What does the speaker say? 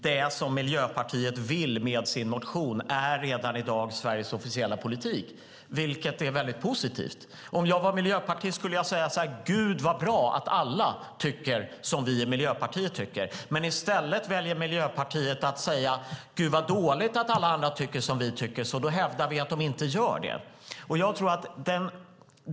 Det Miljöpartiet vill med sin motion är redan i dag Sveriges officiella politik, vilket är positivt. Om jag var miljöpartist skulle jag säga: Gud vad bra att alla tycker som vi i Miljöpartiet tycker! Men i stället väljer Miljöpartiet att säga: Gud vad dåligt att alla andra tycker som vi tycker, så vi hävdar att de inte gör det!